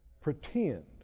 Pretend